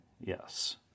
yes